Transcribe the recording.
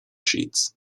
sheets